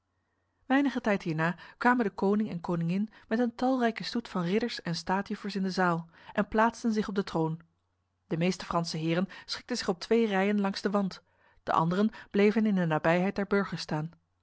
weinige tijd hierna kwamen de koning en koningin met een talrijke stoet van ridders en staatjuffers in de zaal en plaatsten zich op de troon de meeste franse heren schikten zich op twee rijen langs de wand de anderen bleven in de nabijheid der burgers staan